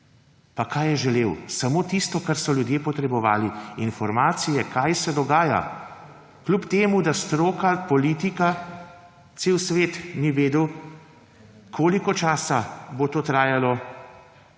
Pa kaj je želel? Samo tisto, kar so ljudje potrebovali: informacije, kaj se dogaja, kljub temu da stroka, politika, cel svet ni vedel, kolikor časa bo to trajalo,